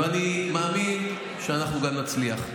ואני מאמין שאנחנו גם נצליח.